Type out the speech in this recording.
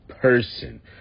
Person